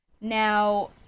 Now